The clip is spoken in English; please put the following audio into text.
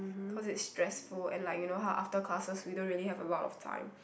cause it's stressful and like you know how after classes we don't really have a lot of time